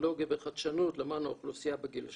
טכנולוגיה וחדשנות למען האוכלוסייה בגיל השלישי',